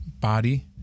body